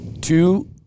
two